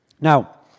Now